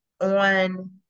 on